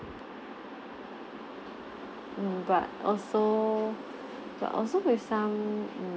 mm but also but also with some mm